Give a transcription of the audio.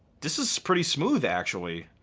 this is pretty smooth actually.